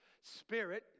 Spirit